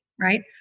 right